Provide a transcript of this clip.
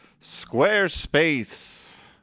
Squarespace